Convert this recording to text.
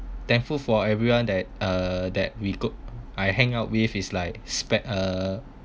thankful for everyone that uh that we go I hang out with is like spe~ uh